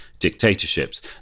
Dictatorships